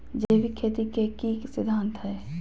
जैविक खेती के की सिद्धांत हैय?